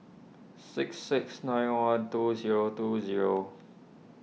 six six nine one two zero two zero